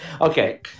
Okay